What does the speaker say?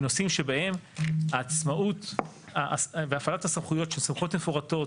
בנושאים שבהם העצמאות והפעלת הסמכויות שמופיעות